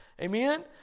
Amen